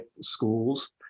schools